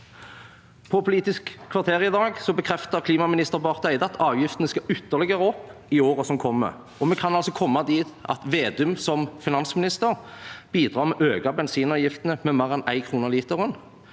På «Politisk kvarter» i dag bekreftet klimaminister Barth Eide at avgiftene skal ytterligere opp i året som kommer, og vi kan altså komme dit at Vedum som finansminister bidrar til å øke bensinavgiftene med mer enn én krone literen.